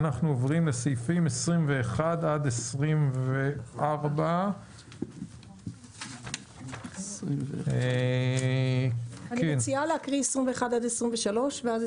אנחנו עוברים לסעיפים 21 עד 24. אני מציעה להקריא את 21 עד 23 ולאחר